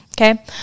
Okay